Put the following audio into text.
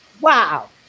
Wow